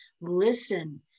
listen